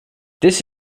this